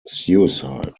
suicide